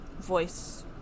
voice